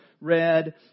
read